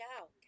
out